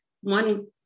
one